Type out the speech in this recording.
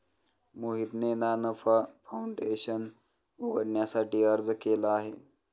मोहितने ना नफा फाऊंडेशन उघडण्यासाठी अर्ज केला आहे